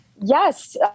Yes